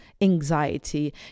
anxiety